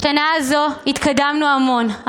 בשנה הזו התקדמנו המון.